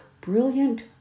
brilliant